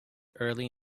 early